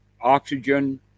oxygen